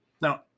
Now